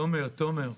תומר, תומר.